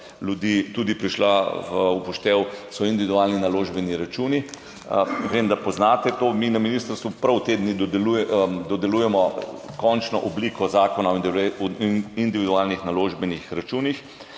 ljudi tudi prišla v poštev, so individualni naložbeni računi. Vem, da poznate to. Mi na ministrstvu prav te dni dodelujemo končno obliko zakona o individualnih naložbenih računih